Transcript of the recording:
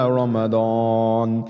Ramadan